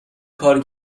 کار